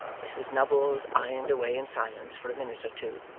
mrs nubbles ironed away in silence for a minute or two,